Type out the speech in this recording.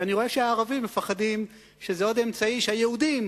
ואני רואה שהערבים מפחדים שזה עוד אמצעי שבעזרתו היהודים